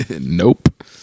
nope